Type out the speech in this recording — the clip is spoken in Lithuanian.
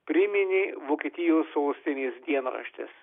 priminė vokietijos sostinės dienraštis